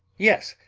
yes,